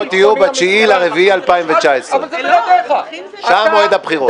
יהיו ב-9 באפריל 2019. שם מועד הבחירות.